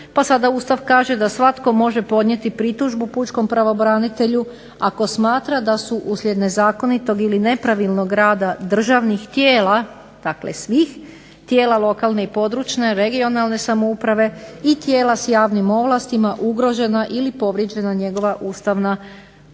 pa sada Ustav kaže da svatko može podnijeti pritužbu pučkom pravobranitelju ako smatra da su uslijed nezakonitog ili nepravilnog rada državnih tijela dakle svih tijela lokalne i područne, regionalne samouprave i tijela s javnim ovlastima ugrožena ili povrijeđena njegova ustavna ili